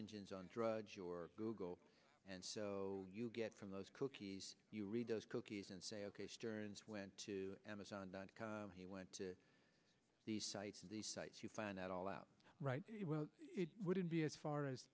engines on drugs or google and so you get from those cookies you read those cookies and say ok stearns went to amazon dot com he went to these sites and these sites you find that all out right you wouldn't be as far as